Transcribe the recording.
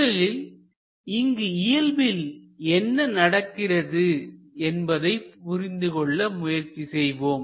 முதலில் இங்கு இயல்பில் என்ன நடக்கிறது என்பதை புரிந்து கொள்ள முயற்சி செய்வோம்